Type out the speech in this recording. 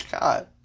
god